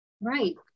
Right